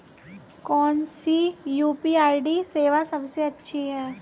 कौन सी यू.पी.आई सेवा सबसे अच्छी है?